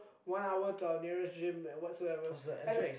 one hour to our nearest gym and whatsoever